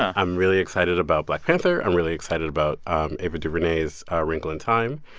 i'm really excited about black panther. i'm really excited about um ava duvernay's a wrinkle in time.